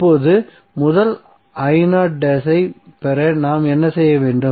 இப்போது முதல் ஐப் பெற நாம் என்ன செய்ய வேண்டும்